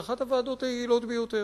והיא אחת הוועדות היעילות ביותר.